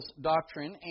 doctrine